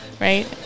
right